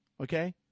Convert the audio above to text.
okay